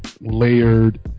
layered